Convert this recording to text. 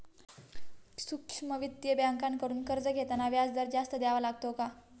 सूक्ष्म वित्तीय बँकांकडून कर्ज घेताना व्याजदर जास्त द्यावा लागतो का?